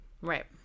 right